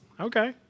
Okay